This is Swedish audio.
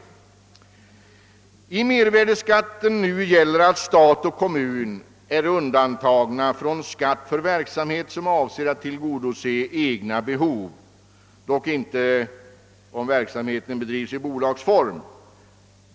Beträffande mervärdeskatten gäller nu att stat och kommun är undantagna från skatt för verksamhet som avser att tillgodose egna behov, dock inte om verksamheten bedrivs i bolagsform.